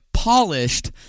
polished